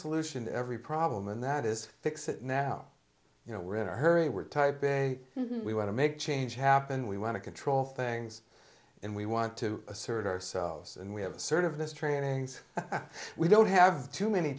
solution to every problem and that is fix it now you know we're in a hurry we're type a we want to make change happen we want to control things and we want to assert ourselves and we have sort of this trainings we don't have too many